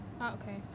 okay